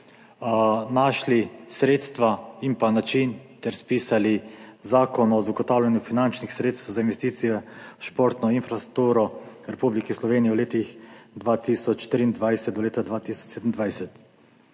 našli sredstva in način ter spisali Zakon o zagotavljanju finančnih sredstev za investicije v športno infrastrukturo v Republiki Sloveniji v letih od 2023 do 2027.